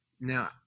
now